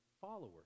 followers